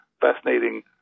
fascinating